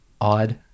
odd